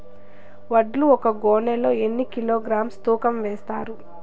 వడ్లు ఒక గోనె లో ఎన్ని కిలోగ్రామ్స్ తూకం వేస్తారు?